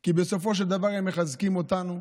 כי בסופו של דבר הם מחזקים אותנו,